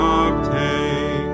obtain